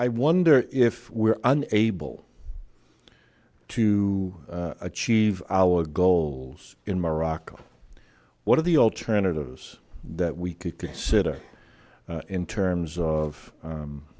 i wonder if we're able to achieve our goals in morocco what are the alternatives that we could consider in terms of